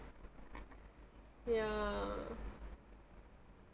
ya